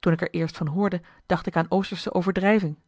toen ik er eerst van hoorde dacht ik aan oostersche overdrijving